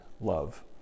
love